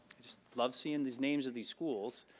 love seeing these names of these schools.